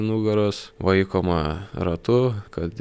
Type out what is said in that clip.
nugaros vaikoma ratu kad